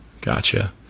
Gotcha